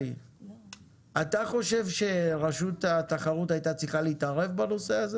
אתה חושב שרשות התחרות הייתה צריכה להתערב בנושא הזה